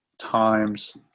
Times